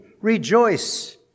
Rejoice